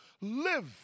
Live